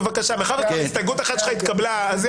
מאחר שהסתייגות אחת שלך התקבלה.